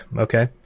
Okay